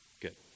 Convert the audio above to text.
Good